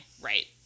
right